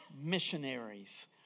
missionaries